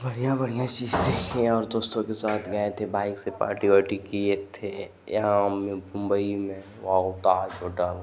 बढ़िया बढ़िया चीज सीखे और दोस्तों के साथ गए थे बाइक से पार्टी वार्टी किए थे यहाँ हमने मुंबई में वाउ ताज होटल